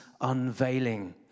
unveiling